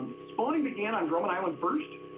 um spawning began on drummond island first.